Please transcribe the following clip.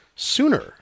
Sooner